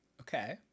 Okay